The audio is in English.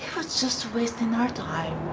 was just wasting our time